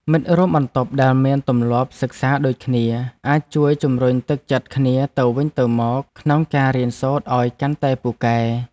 មិត្តរួមបន្ទប់ដែលមានទម្លាប់សិក្សាដូចគ្នាអាចជួយជំរុញទឹកចិត្តគ្នាទៅវិញទៅមកក្នុងការរៀនសូត្រឱ្យកាន់តែពូកែ។